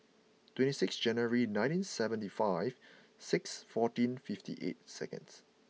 twenty six January nineteen seventy five six fourteen fifty eight seconds